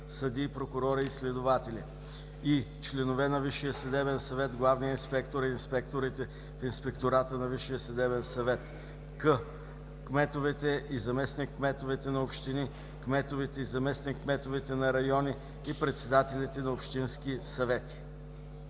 съдии, прокурори и следователи; и) членове на Висшия съдебен съвет, главния инспектор и инспекторите в Инспектората на ВСС; к) кметовете и заместник-кметовете на общини, кметовете и заместник-кметовете на райони и председателите на общински съвети.“